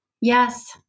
Yes